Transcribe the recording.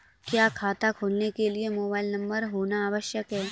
क्या खाता खोलने के लिए मोबाइल नंबर होना आवश्यक है?